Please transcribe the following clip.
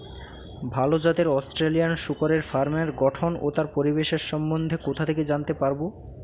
ভাল জাতের অস্ট্রেলিয়ান শূকরের ফার্মের গঠন ও তার পরিবেশের সম্বন্ধে কোথা থেকে জানতে পারবো?